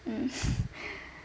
mm